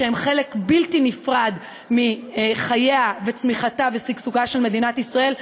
שהם חלק בלתי נפרד מחייה וצמיחתה ושגשוגה של מדינת ישראל,